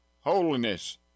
Holiness